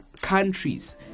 countries